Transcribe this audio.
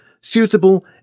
suitable